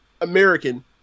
American